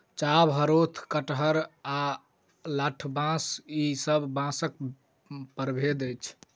चाभ, हरोथ, कंटहा आ लठबाँस ई सब बाँसक प्रभेद अछि